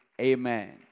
Amen